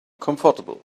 comfortable